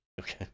Okay